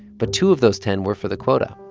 but two of those ten were for the quota,